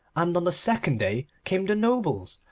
and on the second day came the nobles,